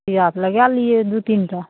सुइया तऽ लगए लियै दू तीन टा